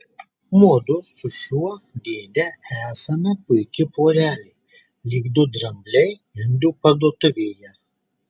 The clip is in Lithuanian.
mudu su šiuo dėde esame puiki porelė lyg du drambliai indų parduotuvėje